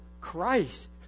Christ